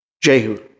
Jehu